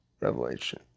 revelation